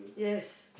yes